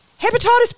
hepatitis